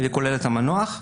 כולל את המנוח .